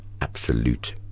absolute